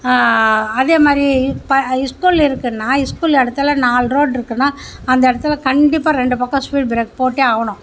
அதே மாதிரி இப்போ இஸ்ஸ்கூல் இருக்குன்னா இஸ்ஸ்கூல் இடத்துல நால் ரோடு இருக்குன்னா அந்த இடத்துல கண்டிப்பாக ரெண்டு பக்கம் ஸ்பீட் பிரேக் போட்டே ஆவணும்